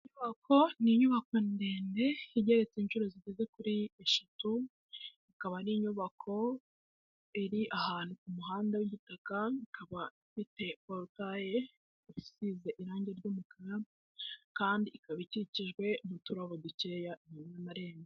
Inyubako ni inyubako ndende igeretse inshuro zigeze kuri eshatu, ikaba ari inyubako, iri ahantu ku muhanda w'igitaka ikaba ifite porotaye isize irangi ry'umukara, kandi ikaba ikikijwe n'uturabo dukeya imbere y'amarembo.